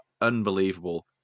unbelievable